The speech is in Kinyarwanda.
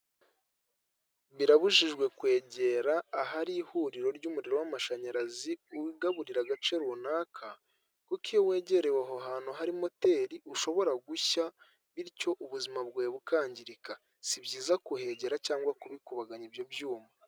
Birabujijwe kwegera ahari ihuriro ry'umuriro w'amashanyarazi wigaburira agace runaka kuki iyo wegerewe aho hantu hari moteri ushobora gushya bityo ubuzima bwawe bukangirika si byiza kuhegera cyangwa kubi kubaganya ibyo byuma.